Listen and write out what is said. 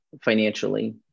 financially